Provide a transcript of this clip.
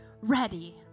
ready